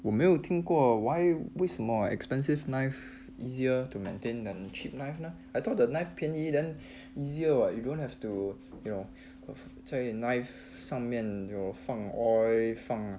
我没有听过 why 为什么 expensive knife easier to maintain than cheap knife leh I thought the knife 便宜 then easier [what] you don't have to you know knife 上面有 oil 放